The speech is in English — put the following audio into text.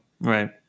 Right